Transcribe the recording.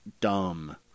dumb